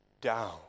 down